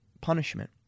punishment